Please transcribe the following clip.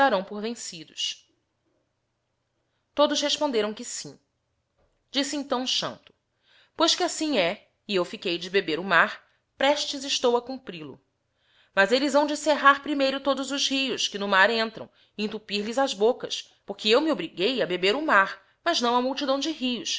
darão por vencidos todos responderão que sim disse então xanto pois que assim he e eu fiquei de beber o mar prestes estou a cumprilo mas elles hão de cerrar primeiro todos o rios que no mar entrão e entupir lhes as bocas porque eu nie obriguei a beber o mar mas náo a multidão de rios